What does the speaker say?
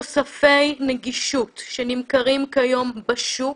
תוספי נגישות שנמכרים כיום בשוק